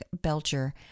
Belcher